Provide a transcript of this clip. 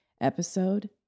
episode